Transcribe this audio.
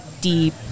deep